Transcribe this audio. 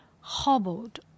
hobbled